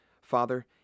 Father